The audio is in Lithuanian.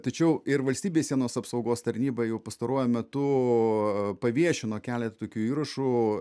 tačiau ir valstybės sienos apsaugos tarnyba jau pastaruoju metu paviešino keletą tokių įrašų